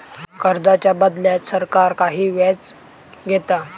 कर्जाच्या बदल्यात सरकार काही व्याज घेता